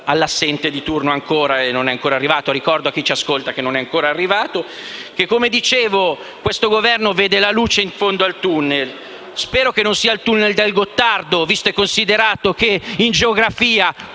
all'assente di turno che non è ancora arrivato (lo ripeto per chi ci ascolta che non è ancora arrivato): questo Governo vede la luce in fondo al tunnel. Spero che non sia il tunnel del Gottardo, visto e considerato che in geografia